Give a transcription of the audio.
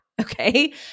Okay